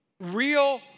real